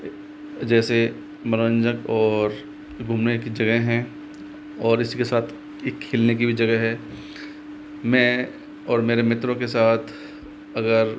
जैसे मनोरंजक और घूमने की जगह हैं और इसके साथ एक खेलने की भी जगह है मैं और मेरे मित्रों के साथ अगर